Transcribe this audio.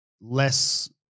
less